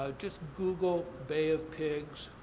ah just google bay of pigs.